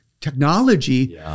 technology